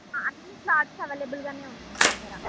అన్ని clothes available గానే ఉన్నాయి మా దగ్గర